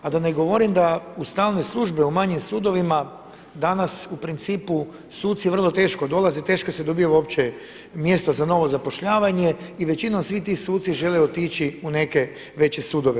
A da ne govorim da u stalnoj službi u manjim sudovima danas u principu suci vrlo teško dolaze, teško se dobija uopće mjesto za novo zapošljavanje i većinom svi ti suci žele otići u neke veće sudove.